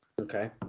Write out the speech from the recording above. Okay